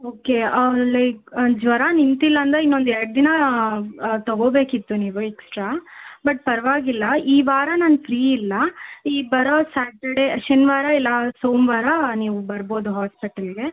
okay like ಜ್ವರ ನಿಂತಿಲ್ಲ ಅಂದರೆ ಇನ್ನೊಂದು ಎರಡು ದಿನ ತಗೋಬೇಕಿತ್ತು ನೀವು ಎಕ್ಸ್ಟ್ರಾ ಬಟ್ ಪರವಾಗಿಲ್ಲ ಈ ವಾರ ನಾನು ಫ್ರೀ ಇಲ್ಲ ಈ ಬರೋ ಸಾಟರ್ಡೆ ಶನಿವಾರ ಇಲ್ಲ ಸೋಮವಾರ ನೀವು ಬರ್ಬೋದು ಹಾಸ್ಪೆಟಲ್ಗೆ